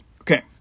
Okay